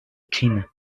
china